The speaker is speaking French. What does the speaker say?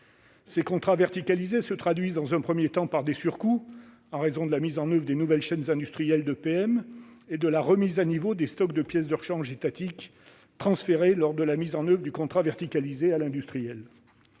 Ces contrats verticalisés se traduisent dans un premier temps par des surcoûts en raison de la création de nouvelles chaînes industrielles d'EPM et de la remise à niveau des stocks de pièces de rechange étatiques, transférés à l'industriel lors de la mise en oeuvre du contrat verticalisé. Ainsi,